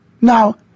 Now